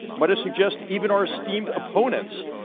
might i suggest even our esteemed opponents,